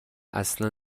اصلا